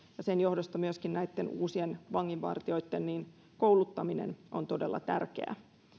sen johdosta myöskin näitten uusien vanginvartijoitten kouluttaminen on todella tärkeää